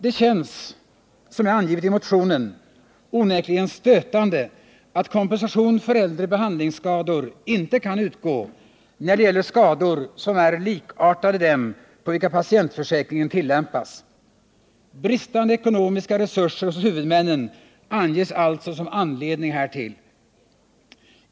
Det känns — som jag angivit i motionen — onekligen stötande att kompensation för äldre behandlingsskador inte kan utgå, när det gäller skador som är likartade dem på vilka patientförsäkringen tillämpas. Bristande ekonomiska resurser hos huvudmännen anges alltså som anledning härtill.